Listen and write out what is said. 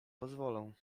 pozwolą